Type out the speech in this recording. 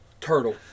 Turtle